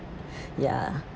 ya